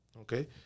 okay